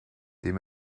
dem